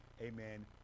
amen